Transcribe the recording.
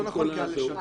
המפכ"ל.